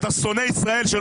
אביר קארה, אתה בקריאה שלישית.